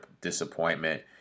disappointment